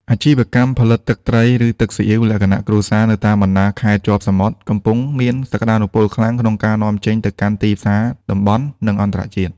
អាជីវកម្មផលិតទឹកត្រី ឬទឹកស៊ីអ៊ីវលក្ខណៈគ្រួសារនៅតាមបណ្ដាខេត្តជាប់សមុទ្រ កំពុងមានសក្ដានុពលខ្លាំងក្នុងការនាំចេញទៅកាន់ទីផ្សារតំបន់ និងអន្តរជាតិ។